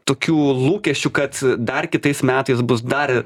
tokių lūkesčių kad dar kitais metais bus dar